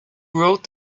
wrote